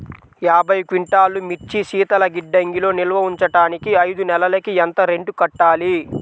యాభై క్వింటాల్లు మిర్చి శీతల గిడ్డంగిలో నిల్వ ఉంచటానికి ఐదు నెలలకి ఎంత రెంట్ కట్టాలి?